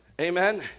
Amen